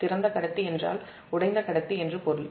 திறந்த கடத்தி என்றால் உடைந்த கடத்தி என்று பொருள்